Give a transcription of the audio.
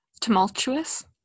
tumultuous